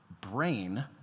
brain